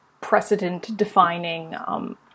precedent-defining